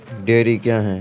Dairy क्या हैं?